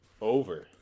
Over